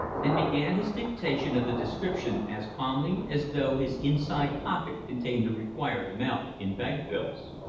and began his dictation of the description as calmly as though his inside pocket contained the required amount in bank bills.